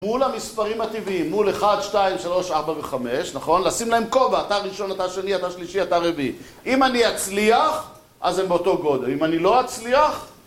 מול המספרים הטבעיים, מול אחד, שתיים, שלוש, ארבע וחמש, נכון? לשים להם כובע, אתה ראשון, אתה שני, אתה שלישי, אתה רביעי. אם אני אצליח, אז הם באותו גודל. אם אני לא אצליח,